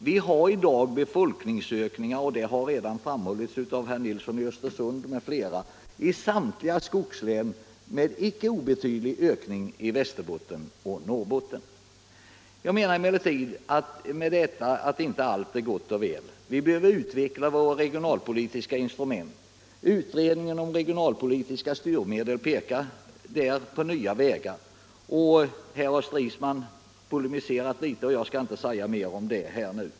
Vi har i dag befolkningsökningar — det har redan framhållits av herr Nilsson i Östersund m.fl. — i samtliga skogslän och en icke obetydlig ökning i Västerbotten och Norrbotten. Jag menar emellertid inte med detta att allt är gott och väl. Vi behöver utveckla våra regionalpolitiska instrument. Utredning om regionalpolitiska styrmedel pekar här på nya vägar. Herr Stridsman har polemiserat litet om detta men jag skall inte säga mer om det nu.